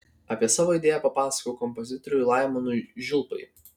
apie savo idėją papasakojau kompozitoriui laimonui žiulpai